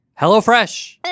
HelloFresh